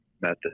method